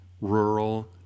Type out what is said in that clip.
rural